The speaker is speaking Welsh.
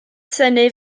synnu